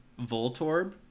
voltorb